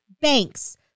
banks